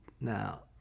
now